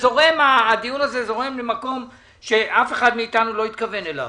הדיון הזה זורם למקום שאף אחד מאתנו לא התכוון אליו.